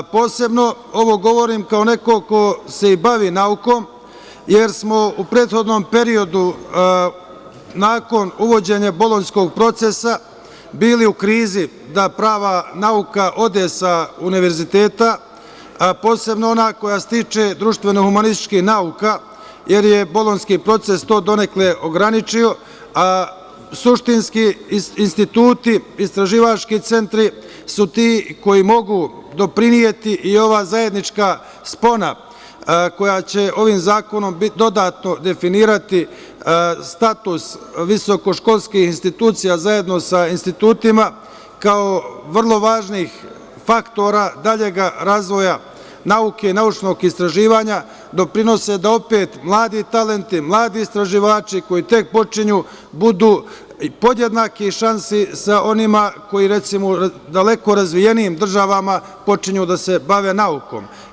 Ovo govorim kao neko ko se bavi naukom, jer smo u prethodnom periodu, nakon uvođenja bolonjskog procesa bili u krizi da prava nauka ode sa univerziteta, a posebno ona koja stiče društveno-humanističkih nauka, jer je bolonjski proces to donekle ograničio, a suštinski, instituti, istraživački centri su ti koji mogu doprineti i ova zajednička spona koja će ovim zakonom dodatno definisati status visokoškolskih institucija zajedno sa institutima kao vrlo važnih faktora daljeg razvoja nauke i naučnog istraživanja, doprinose da opet mladi talenti, mladi istraživači, koji tek počinju, budu podjednakih šansi sa onima koji, recimo, u daleko razvijenijim državama počinju da se bave naukom.